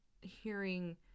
hearing